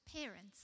parents